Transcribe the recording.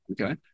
okay